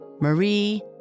Marie